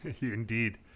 Indeed